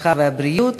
הרווחה והבריאות.